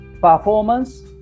performance